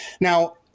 Now